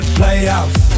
playoffs